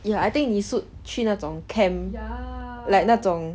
ya I think 你 suit 去那种 camp like 那种